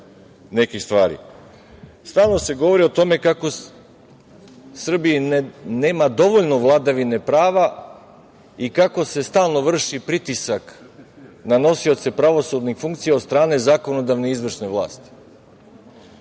nekih stvari. Stalno se govori o tome kako u Srbiji nema dovoljno vladavine prava i kako se stalno vrši pritisak na nosioce pravosudnih funkcija od strane zakonodavne i izvršne vlasti.